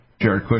Jared